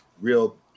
real